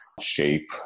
shape